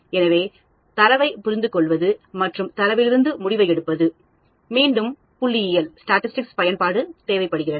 எனவே தரவைப் புரிந்துகொள்வது மற்றும் தரவிலிருந்து முடிவை எடுப்பது மீண்டும் புள்ளியல் பயன்பாடு தேவைப்படுகிறது